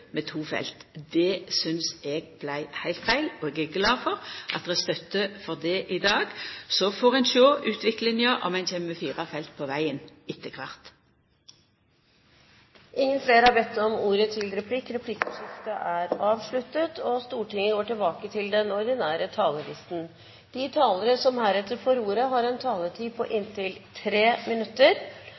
med to felt. Det synest eg vart heilt feil. Eg er glad for at det er støtte for det i dag, og så får ein sjå an utviklinga, om ein kjem med fire felt på vegen etter kvart. Replikkordskiftet er omme. De talere som heretter får ordet, har en taletid på inntil